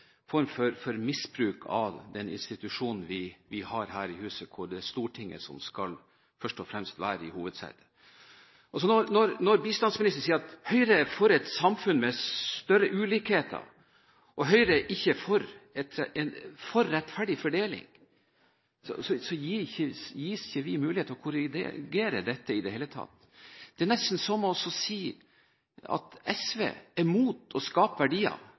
institusjonen som dette huset er, ved at det er Stortinget som først og fremst skal være i hovedsetet. Når bistandsministeren sier at Høyre er for et samfunn med større ulikheter, og at Høyre ikke er for rettferdig fordeling, gis ikke vi mulighet til å korrigere dette i det hele tatt. Det er nesten som å si at SV er imot å skape verdier,